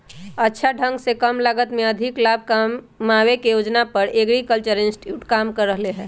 अच्छा ढंग से कम लागत में अधिक लाभ कमावे के योजना पर एग्रीकल्चरल इंस्टीट्यूट काम कर रहले है